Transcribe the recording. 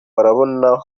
murabona